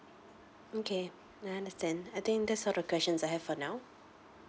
okay I understand I think that's all the questions I have for now